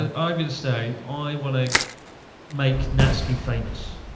and ah i'm going to say. i wanna make natske famous.